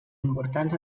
importants